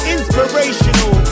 Inspirational